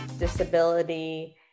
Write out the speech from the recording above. disability